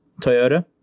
Toyota